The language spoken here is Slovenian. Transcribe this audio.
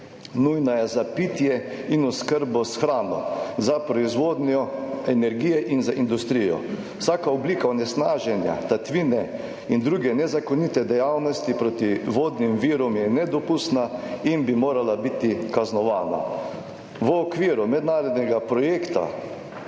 nujna je za pitje in oskrbo s hrano, za proizvodnjo energije in za industrijo. Vsaka oblika onesnaženja, tatvine in druge nezakonite dejavnosti proti vodnim virom je nedopustna in bi morala biti kaznovana. V okviru mednarodnega projekta,